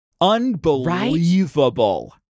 Unbelievable